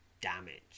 damage